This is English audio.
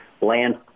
land